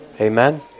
amen